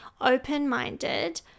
open-minded